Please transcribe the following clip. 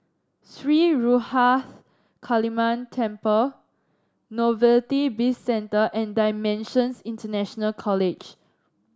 Sri Ruthra Kaliamman Temple Novelty Bizcentre and Dimensions International College